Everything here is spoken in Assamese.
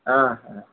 অঁ